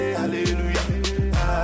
hallelujah